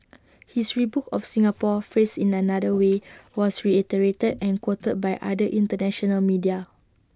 his rebuke of Singapore phrased in another way was reiterated and quoted by other International media